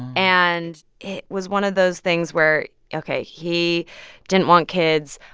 and it was one of those things where ok he didn't want kids.